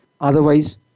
Otherwise